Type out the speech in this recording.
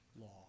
law